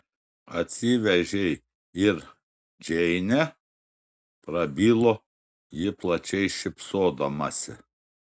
atsivežei ir džeinę prabilo ji plačiai šypsodamasi